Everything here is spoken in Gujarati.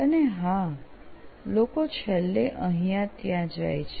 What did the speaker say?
અને હા લોકો છેલ્લે અહીંયા ત્યાં જાય છે